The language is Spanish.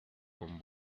con